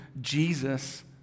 Jesus